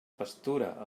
pastura